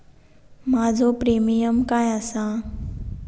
माझो प्रीमियम काय आसा?